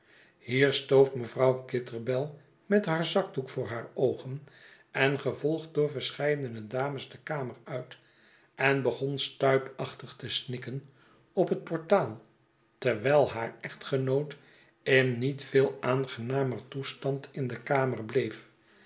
hier stoof mevrouw kitterbell met haar zakdoek voor haar oogen en gevolgd door verscheidene dames de kamer uit en begon stuipachtig te snikken op het portaal terwijl haar echtgenoot in niet veel aangenamer toestand in de kamer bleef